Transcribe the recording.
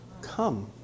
Come